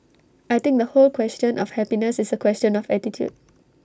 I think the whole question of happiness is A question of attitude